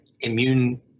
immune